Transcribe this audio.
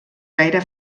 gaire